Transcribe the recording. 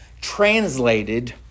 translated